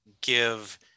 give